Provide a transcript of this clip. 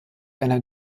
einer